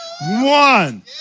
One